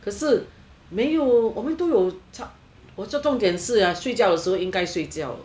可是没有我们都有我这重点是要睡觉的时候就应该睡觉了